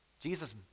Jesus